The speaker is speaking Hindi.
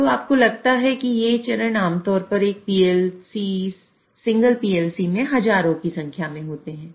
और आपको लगता है कि ये चरण आम तौर पर एक सिंगल PLC में हजारों की संख्या में होते हैं